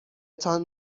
تان